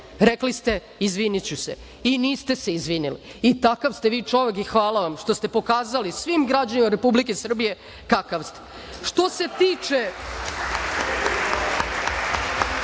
Rekli ste izviniću se i niste se izvinili. I, takav ste vi čovek i hvala vam što ste pokazali svim građanima Republike Srbije kakav ste. Što se tiče